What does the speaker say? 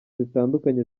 zitandukanye